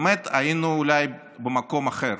באמת היינו אולי במקום אחר.